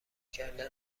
کردن